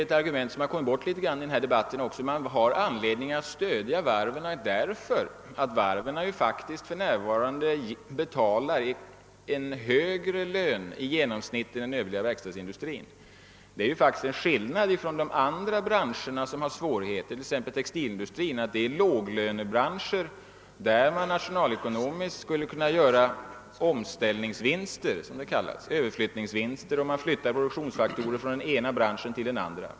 Ett argument som kommit bort i denna debatt är att man har anledning att stödja varven därför att varven ju faktiskt för närvarande betalar högre lön i genomsnitt än den övriga verkstadsindustrin. Det är faktiskt en skillnad i förhållande till andra branscher som har svårigheter, t.ex. textilindustrin. De senare är låglönebranscher, där man nationalekonomiskt skulle kunna göra omställningsvinster, om man flyttade produktionsfaktorer från den ena branschen till den andra.